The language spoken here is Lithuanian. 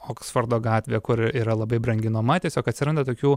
oksfordo gatvė kur yra labai brangi nuoma tiesiog atsiranda tokių